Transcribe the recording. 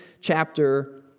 chapter